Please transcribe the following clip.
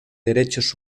derechos